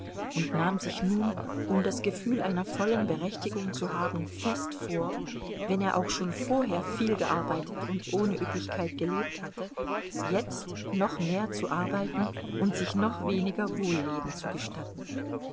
und nahm sich nun um das gefühl einer vollen berechtigung zu haben fest vor wenn er auch schon vorher viel gearbeitet und ohne üppigkeit gelebt hatte jetzt noch mehr zu arbeiten und sich noch weniger wohlleben zu gestatten